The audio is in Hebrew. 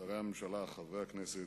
שרי הממשלה, חברי הכנסת,